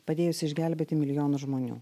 padėjusį išgelbėti milijonus žmonių